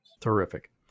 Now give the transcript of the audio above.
Terrific